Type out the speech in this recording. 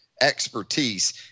expertise